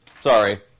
Sorry